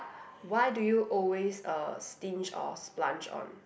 why do you always uh stinge or splurge on